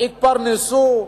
התפרנסו,